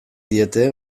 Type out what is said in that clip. diete